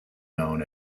known